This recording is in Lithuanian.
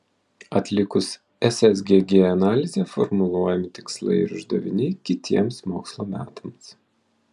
atlikus ssgg analizę formuluojami tikslai ir uždaviniai kitiems mokslo metams